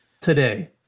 today